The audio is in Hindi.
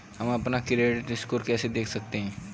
हम अपना क्रेडिट स्कोर कैसे देख सकते हैं?